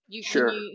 Sure